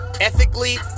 ethically